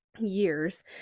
years